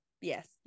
yes